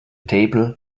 table